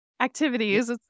activities